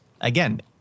again